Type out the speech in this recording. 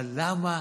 אבל למה